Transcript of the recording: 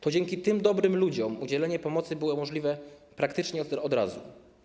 To dzięki tym dobrym ludziom udzielenie pomocy było możliwe praktycznie od razu.